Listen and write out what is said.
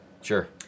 Sure